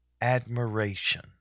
admiration